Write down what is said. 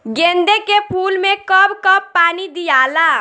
गेंदे के फूल मे कब कब पानी दियाला?